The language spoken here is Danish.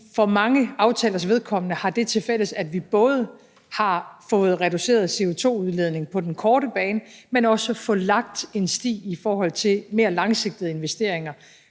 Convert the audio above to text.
for mange aftalers vedkommende har det tilfælles, at vi både har fået reduceret CO2-udledningen på den korte bane, men også har fået lagt en sti i forhold til mere langsigtede investeringer